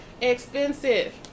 expensive